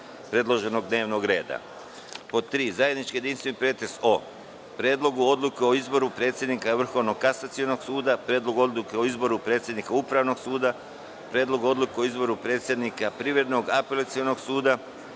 predloženog dnevnog reda).Zajednički jedinstveni pretres o: Predlogu odluke o izboru predsednika Vrhovnog kasacionog suda; Predlogu odluke o izboru predsednika Upravnog suda; Predlogu odluke o izboru predsednika Privrednog apelacionog suda;